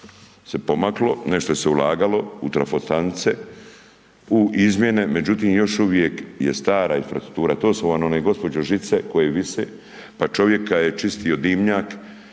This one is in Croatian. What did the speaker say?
se pomaklo, nešto se ulagalo u trafostanice u izmjene, međutim još uvijek je stara infrastrukture, to su vam one gospođo žice koje vise, pa čovjek kad je čistio dimnjak,